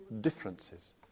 differences